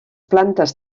plantes